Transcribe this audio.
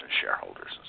shareholders